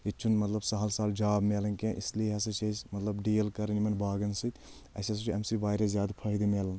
ییٚتہِ چھُنہٕ مطلب سہل سہل جاب مِلان کینٛہہ اس لیے ہسا چھِ أسۍ مطلب ڈیٖل کران یِمن باغن سۭتۍ اَسہِ ہسا چھُ اَمہِ سۭتۍ واریاہ زیادٕ فٲیدٕ مِلان